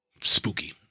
Spooky